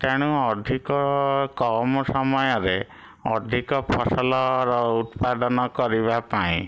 ତେଣୁ ଅଧିକ କମ୍ ସମୟରେ ଅଧିକ ଫସଲର ଉତ୍ପାଦନ କରିବା ପାଇଁ